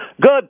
good